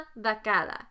vacada